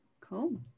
cool